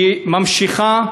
שממשיכה